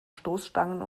stoßstangen